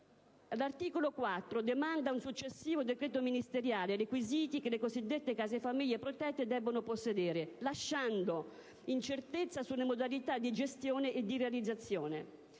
L'articolo 4 demanda a un successivo decreto ministeriale i requisiti che le cosiddette case famiglie protette debbono possedere, lasciando incertezza sulle loro modalità di gestione e di realizzazione.